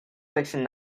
fiction